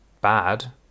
bad